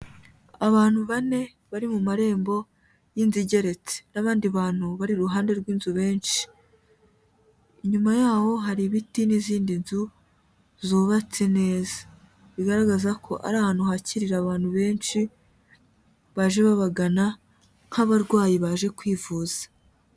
Abantu bane bari mu marembo y'inzu igeretse n'abandi bantu bari iruhande rw'inzu benshi, Inyuma yaho hari ibiti n'izindi nzu zubatse neza, bigaragaza ko ari ahantu bakirira abantu benshi baje babagana nk'abarwayi baje kwivuza.